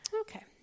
okay